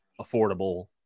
affordable